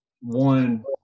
One